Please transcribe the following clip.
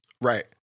Right